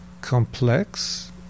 Complex